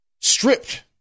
stripped